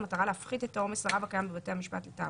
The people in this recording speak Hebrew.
במטרה להפחית את העומס הרב הקיים בבתי המשפט לתעבורה.